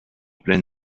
plein